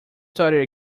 started